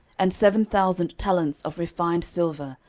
and seven thousand talents of refined silver,